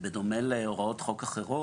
בדומה להוראות חוק אחרות,